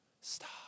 stop